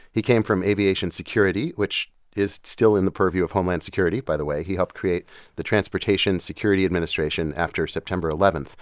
he came from aviation security, which is still in the purview of homeland security, by the way. he helped create the transportation security administration after september eleven.